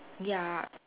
ya